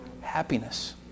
happiness